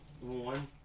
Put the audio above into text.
one